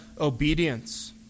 obedience